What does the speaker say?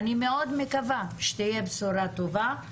אני מאוד מקווה שתהיה בשורה טובה,